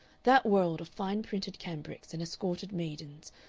that world of fine printed cambrics and escorted maidens,